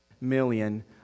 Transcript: million